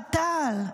אוהד טל,